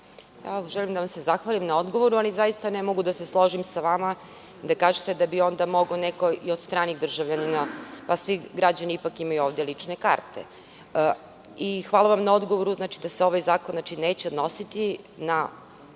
Želim da vam se zahvalim na odgovoru, ali zaista ne mogu da se složim sa vama kad kažete da bi onda mogao neko i od stranih državljana. Jer, svi građani ipak imaju lične karte. Hvala vam i na odgovoru da se ovaj zakon neće odnositi na